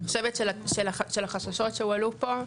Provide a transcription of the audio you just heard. אני חושבת שהחששות שהועלו פה,